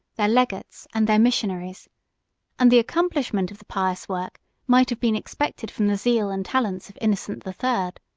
their legates, and their missionaries and the accomplishment of the pious work might have been expected from the zeal and talents of innocent the third.